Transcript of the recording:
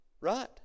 Right